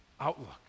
outlook